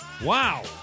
Wow